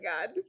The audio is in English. God